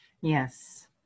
Yes